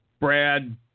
Brad